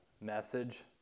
message